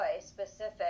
specific